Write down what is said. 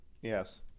Yes